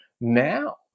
now